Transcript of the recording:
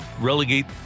relegate